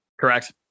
Correct